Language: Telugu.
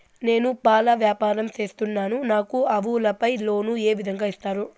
నేను పాల వ్యాపారం సేస్తున్నాను, నాకు ఆవులపై లోను ఏ విధంగా ఇస్తారు